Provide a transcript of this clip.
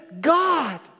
God